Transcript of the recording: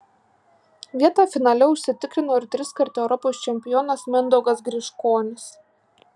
vietą finale užsitikrino ir triskart europos čempionas mindaugas griškonis